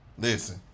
listen